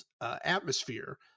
atmosphere